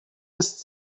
ist